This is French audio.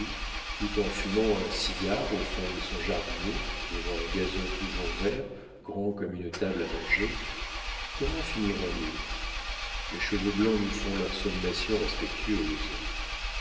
tout en fumant un cigare au fond de son jardinet devant un gazon toujours vert grand comme une table à manger comment finirons nous les cheveux blancs nous font leurs sommations respectueuses